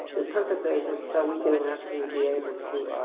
the purpose is is so we can actually be able to